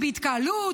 בהתקהלות,